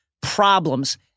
problems